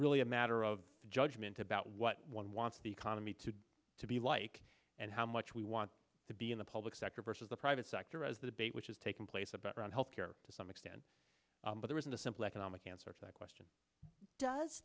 really a matter of judgment about what one wants the economy to to be like and how much we want to be in the public sector versus the private sector as the debate which is taking place about run health care to some extent but there isn't a simple economic answer to that question does